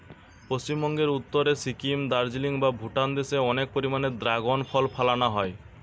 পশ্চিমবঙ্গের উত্তরে সিকিম, দার্জিলিং বা ভুটান দেশে অনেক পরিমাণে দ্রাগন ফল ফলানা হয়